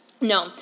No